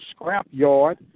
Scrapyard